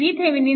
VThevenin